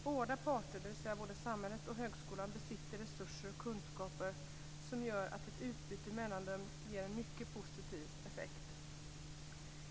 Båda parter, dvs. både samhället och högskolan, besitter resurser och kunskaper som gör att ett utbyte mellan dem ger en mycket positiv effekt.